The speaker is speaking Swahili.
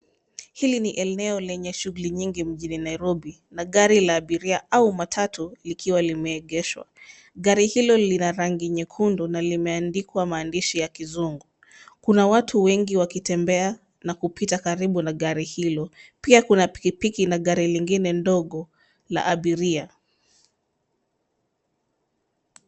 Hili ni eneo lenye shughuli nyingi mjini Nairobi na gari la abiria au matatu likiwa limeegeshwa. Gari hilo lina rangi nyekundu na limeandikwa maandishi ya kizungu. Kuna watu wengi wakitembea na kupita karibu na gari hilo. Pia kuna pikipiki na gari lingine ndogo la abiria.